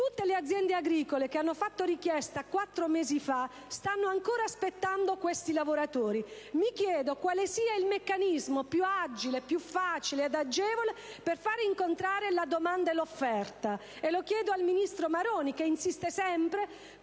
Tutte le aziende agricole che hanno fatto richiesta quattro mesi fa stanno ancora aspettando questi lavoratori. Mi chiedo quale sia il meccanismo più agile, facile e agevole per far incontrare la domanda e l'offerta e lo chiedo al ministro Maroni, che insiste sempre